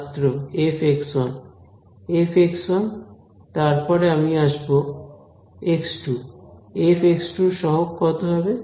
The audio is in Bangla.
ছাত্র f f তারপরে আমি আসবো x2 f এর সহগ কত হবে